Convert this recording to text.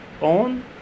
On